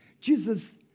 Jesus